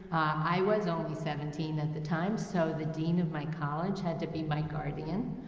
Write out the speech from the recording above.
i was only seventeen at the time so the dean of my college had to be my guardian,